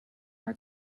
are